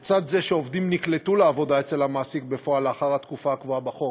לצד זה שעובדים נקלטו לעבודה אצל המעסיק בפועל לאחר התקופה הקבועה בחוק,